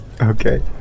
Okay